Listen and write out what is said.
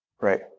Right